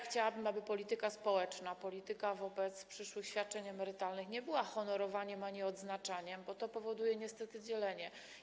Chciałabym, aby polityka społeczna, polityka wobec przyszłych świadczeń emerytalnych nie była honorowaniem ani odznaczaniem, bo to powoduje niestety dzielenie.